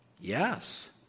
Yes